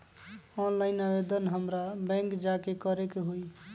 Online आवेदन हमरा bank जाके करे के होई?